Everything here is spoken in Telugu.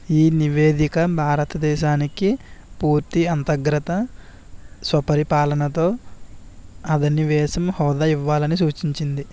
ఈ నివేదిక భారతదేశానికి పూర్తి అంతగ్రత స్వపరిపాలనతో అధనివేశం హోదా ఇవ్వాలని సూచించింది